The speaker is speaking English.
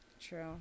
True